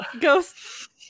Ghost